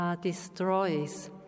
destroys